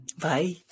bye